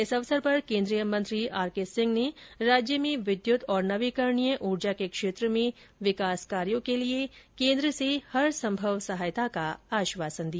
इस अवसर पर केन्द्रीय मंत्री आर के सिंह ने राज्य में विद्युत तथा नवीकरणीय ऊर्जा के क्षेत्र में विकास कार्यो के लिये केन्द्र से हरसंभव सहायता का आश्वासन दिया